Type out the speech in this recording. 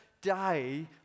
day